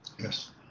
Yes